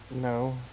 no